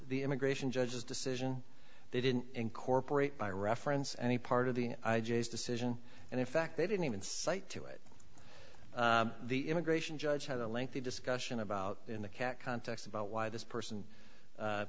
the immigration judge's decision they didn't incorporate by reference any part of the i j s decision and in fact they didn't even cite to it the immigration judge had a lengthy discussion about in the cat context about why this person